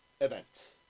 event